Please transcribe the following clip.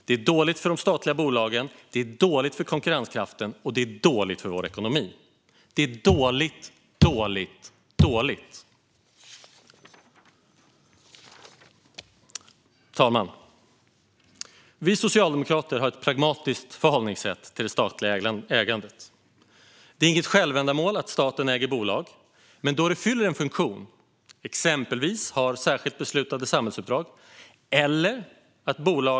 Det är dåligt för de statliga bolagen, det är dåligt för konkurrenskraften och det är dåligt för vår ekonomi. Det är dåligt, dåligt, dåligt. Fru talman! Vi socialdemokrater har ett pragmatiskt förhållningssätt till statligt ägande. Det är inget självändamål att staten äger bolag. Men när det fyller en funktion kommer inte vi socialdemokrater att verka för avyttringar av ideologiska skäl.